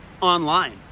online